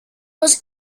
was